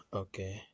okay